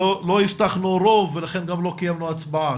לא הבטחנו רוב ולכן גם לא קיימנו הצבעה,